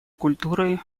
культуры